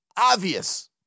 Obvious